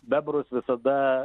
bebrus visada